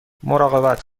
مراقبت